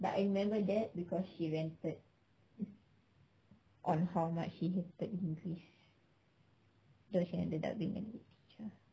but I remember that because she ranted on how much she hated though she ended up being a teacher